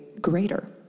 greater